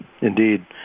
indeed